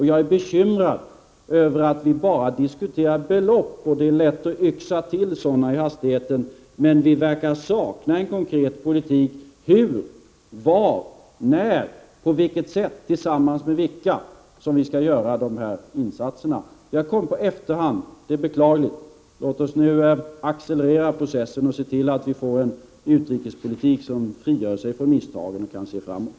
Jag är bekymrad över att vi bara diskuterar belopp, och det är lätt att yxa till sådana i hastigheten, men vi verkar sakna en konkret politik för hur, var, när, på vilket sätt och tillsammans med vilka som vi skall göra insatserna. Vi har kommit på efterhand, och det är beklagligt. Låt oss nu accelerera processen och se till att vi får en utrikespolitik som frigör sig från misstagen och kan se framåt.